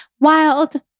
Wild